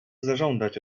zażądać